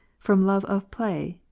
from love of play,